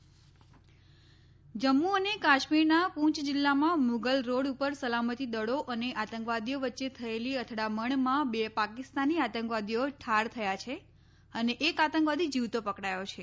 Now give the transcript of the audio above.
જમ્મુ કાશ્મીર જમ્મુ અને કાશ્મીરના પૂંચ જિલ્લામાં મુગલ રોડ ઉપર સલામતી દળો અને આતંકવાદીઓ વચ્ચે થયેલી અથડામણમાં બે પાકિસ્તાની આતંકવાદીઓ ઠાર થયા છે અને એક આતંકવાદી જીવતો પકડાયો છે